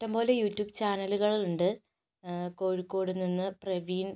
ഇഷ്ടം പോലെ യൂട്യൂബ് ചാനലുകൾ ഉണ്ട് കോഴിക്കോട് നിന്ന് പ്രവീൺ